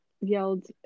yelled